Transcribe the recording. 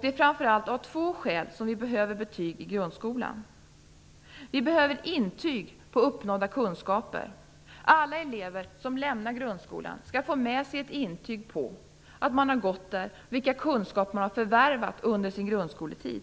Det är framför allt av två skäl som vi behöver betyg i grundskolan: Vi behöver intyg på uppnådda kunskaper. Alla elever som lämnar grundskolan skall få med sig ett intyg på att de har gått där och på vilka kunskaper de har förvärvat under sin grundskoletid.